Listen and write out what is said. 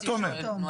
אז את צריכה לברך.